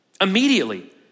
Immediately